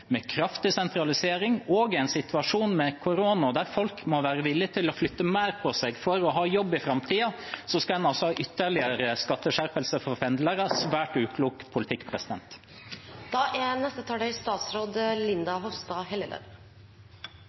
med kraftig sentralisering og korona, der folk må være villig til å flytte mer på seg for å ha jobb i framtiden, skal en altså ha ytterligere skatteskjerpelser for pendlere. Det er en svært uklok politikk. Jeg må si at jeg skvatt litt da Senterpartiet snakket om stempling. Er